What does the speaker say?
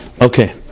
Okay